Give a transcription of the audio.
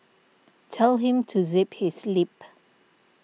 tell him to zip his lip